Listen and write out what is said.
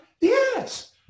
Yes